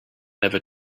never